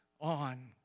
on